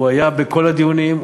הוא היה בכל הדיונים,